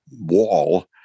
wall